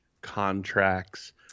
contracts